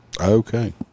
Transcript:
Okay